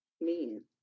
Men